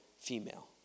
female